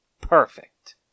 Perfect